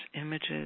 images